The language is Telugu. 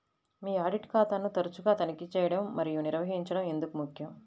మీ ఆడిట్ ఖాతాను తరచుగా తనిఖీ చేయడం మరియు నిర్వహించడం ఎందుకు ముఖ్యం?